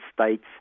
states